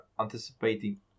anticipating